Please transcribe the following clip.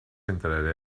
entraré